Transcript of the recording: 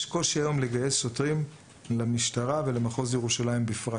יש קושי היום לגייס שוטרים למשטרה ולמחוז ירושלים בפרט.